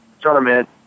tournament